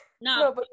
No